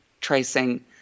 tracing